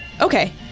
Okay